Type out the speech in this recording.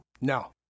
No